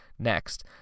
Next